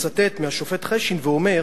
מצטט מדברי השופט חשין ואומר